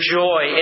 joy